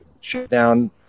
shutdown